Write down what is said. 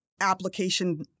application